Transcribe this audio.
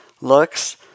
looks